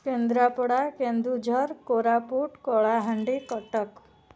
Kendrapara Keonjhar Koraput Kalahandi Cuttack